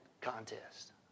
contest